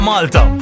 Malta